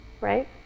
right